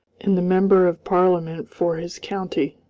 and the member of parliament for his county.